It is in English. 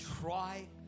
try